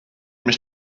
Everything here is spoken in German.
mich